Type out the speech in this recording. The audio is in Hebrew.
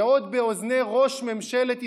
ועוד באוזני ראש ממשלת ישראל,